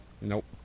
Nope